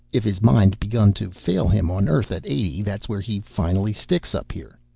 if his mind begun to fail him on earth at eighty, that's where he finally sticks up here.